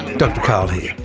dr karl here.